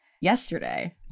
yesterday